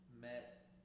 met